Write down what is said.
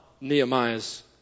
Nehemiah's